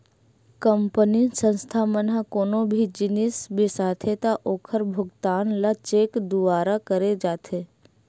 company, संस्था मन ह कोनो भी जिनिस बिसाथे त ओखर भुगतान ल चेक दुवारा करे जाथे